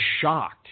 shocked